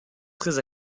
très